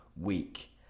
week